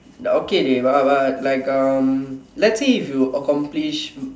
okay dey but but like um let's say if you accomplish